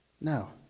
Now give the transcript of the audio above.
No